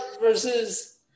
versus